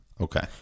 Okay